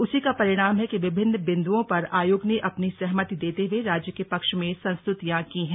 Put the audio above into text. उसी का परिणाम है कि विभिन्न बिंदुओं पर आयोग ने अपनी सहमति देते हुए राज्य के पक्ष में संस्तुतियां की हैं